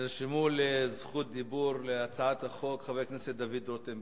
נרשם לזכות דיבור על הצעת החוק חבר הכנסת דוד רותם.